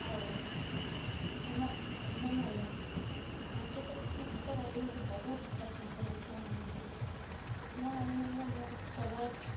ଆଉ ହେମା ହେମାମାଳିନୀ ତାଙ୍କେ ତ କି ଗୀତ ଗାଇବେ ମତେ ବହୁତ ଇଚ୍ଛା ଅଛି ତାଙ୍କ ଗୀତ ମାନେ ମତେ ହେମାମାଳିନୀର ମୋ ଫେବରାଇଟସ